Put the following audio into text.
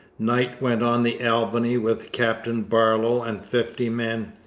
knight went on the albany with captain barlow and fifty men.